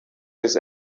this